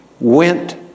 went